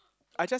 I just